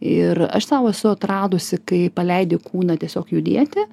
ir aš sau esu atradusi kai paleidi kūną tiesiog judėti